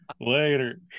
Later